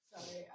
Sorry